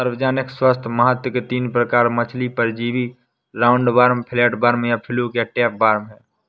सार्वजनिक स्वास्थ्य महत्व के तीन प्रकार के मछली परजीवी राउंडवॉर्म, फ्लैटवर्म या फ्लूक और टैपवार्म है